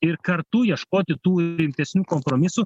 ir kartu ieškoti tų rimtesnių kompromisų